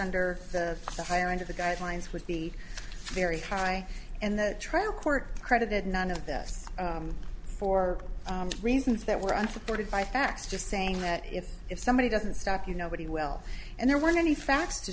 under the higher end of the guidelines would be very high and the trial court credited none of this for reasons that were unsupported by facts just saying that if if somebody doesn't stop you nobody will and there weren't any facts to